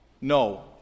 No